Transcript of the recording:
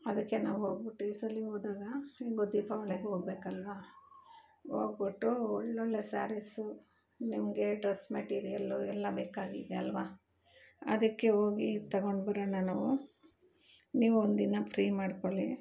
ಅದಕ್ಕೆ ನಾವು ಹೋಗ್ಬುಟ್ಟು ಈ ಸಲ ಹೋದಾಗ ಹೆಂಗೋ ದೀಪಾವಳಿಗೆ ಹೋಗ್ಬೇಕಲ್ವ ಹೋಗ್ಬುಟ್ಟೂ ಒಳ್ಳೊಳ್ಳೆ ಸ್ಯಾರೀಸು ನಿಮಗೆ ಡ್ರಸ್ ಮೆಟೀರಿಯಲ್ಲು ಎಲ್ಲ ಬೇಕಾಗಿದೆ ಅಲ್ವ ಅದಕ್ಕೆ ಹೋಗಿ ತಗೊಂಡ್ಬರೋಣ ನಾವು ನೀವು ಒಂದಿನ ಫ್ರೀ ಮಾಡಿಕೊಳ್ಳಿ